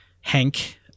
Hank